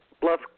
Bluff